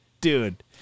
Dude